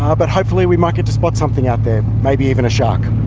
um but hopefully we might get to spot something out there, maybe even a shark.